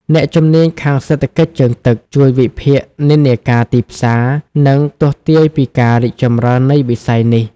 អ្នកជំនាញខាងសេដ្ឋកិច្ចជើងទឹក ជួយវិភាគនិន្នាការទីផ្សារ និងទស្សន៍ទាយពីការរីកចម្រើននៃវិស័យនេះ។